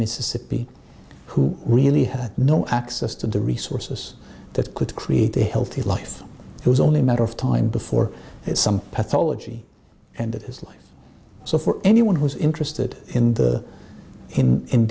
mississippi who really had no access to the resources that could create a healthy life it was only a matter of time before some pathology ended his life so for anyone who's interested in the in